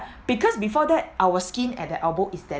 because before that our skin at the elbow is that